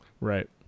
Right